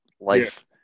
life